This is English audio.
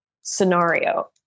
scenario